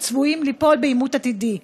אלה צפויים ליפול בעימות עתידי.